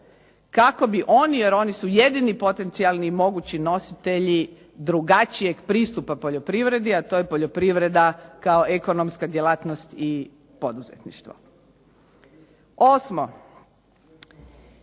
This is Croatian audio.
Kako bi oni, jer oni su jedini potencijalni i mogući nositelji drugačijeg pristupa poljoprivredi, a to je poljoprivreda kao ekonomska djelatnost i poduzetništvo. Osmo.